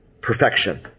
perfection